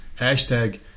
hashtag